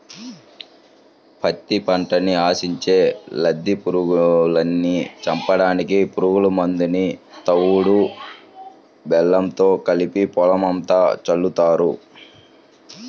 పత్తి పంటని ఆశించే లద్దె పురుగుల్ని చంపడానికి పురుగు మందుని తవుడు బెల్లంతో కలిపి పొలమంతా చల్లుతారు